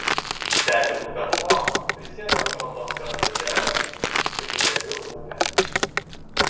perlipu per tvorą prisėdu ant šaltos kranto žemės ir stebiu upę